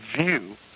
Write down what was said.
view